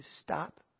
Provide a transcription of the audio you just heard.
stop